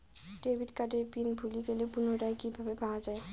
Debit কার্ডের pin ভুলে গেলে পুনরায় কিভাবে পাওয়া য়ায়?